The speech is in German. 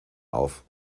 auf